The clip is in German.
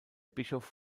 bischof